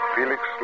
Felix